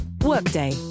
Workday